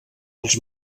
els